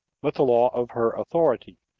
but the law of her authority,